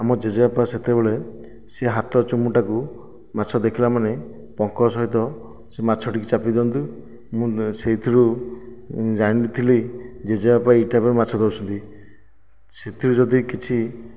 ଆମ ଜେଜେ ବାପା ସେତେବେଳେ ସିଏ ହାତ ଚିମୁଟାକୁ ମାଛ ଦେଖିଲା ମାନେ ପଙ୍କ ସହିତ ସେ ମାଛଟି କୁ ଚାପି ଦିଅନ୍ତି ମୁଁ ସେଇଥିରୁ ଜାଣିଥିଲି ଜେଜେ ବାପା ଏଇ ଟାଇପ୍ରେ ମାଛ ଧରୁଛନ୍ତି ସେଥିରୁ ଯଦି କିଛି